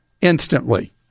instantly